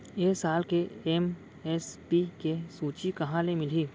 ए साल के एम.एस.पी के सूची कहाँ ले मिलही?